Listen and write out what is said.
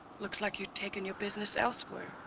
looks like you're taking your business elsewhere.